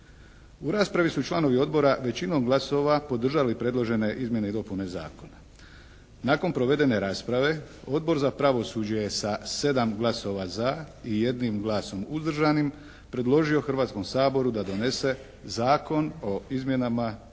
U raspravi su članovi Odbora većinom glasova podržali predložene izmjene i dopune Zakona. Nakon provedene rasprave Odbor za pravosuđe je sa 7 glasova za i jednim glasom uzdržanim predložio Hrvatskom saboru da donese Zakon o izmjenama i